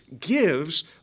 gives